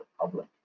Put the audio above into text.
public